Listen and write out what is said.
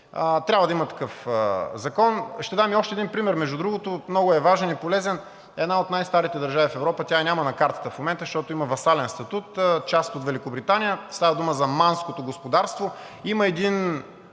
трябва да има такъв закон. Ще дам и още един пример. Между другото, много е важен и полезен, една от най-старите държави в Европа – няма я на картата в момента, защото има васален статут, част от Великобритания, става дума за Манското господарство, има един